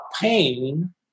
pain